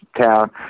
town